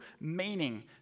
meaning